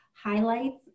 highlights